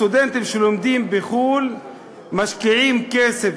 הסטודנטים שלומדים בחו"ל משקיעים כסף,